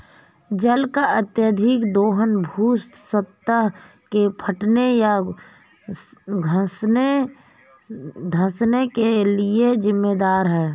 जल का अत्यधिक दोहन भू सतह के फटने या धँसने के लिये जिम्मेदार है